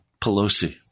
Pelosi